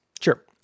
Sure